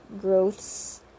growths